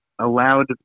allowed